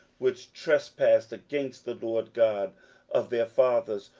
which trespassed against the lord god of their fathers,